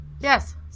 Yes